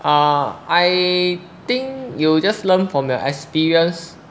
ah I think you just learn from your experience